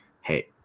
Hey